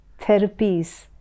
therapies